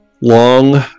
long